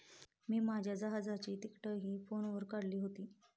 मी माझ्या जहाजाची तिकिटंही फोनवर काढली होती